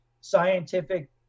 scientific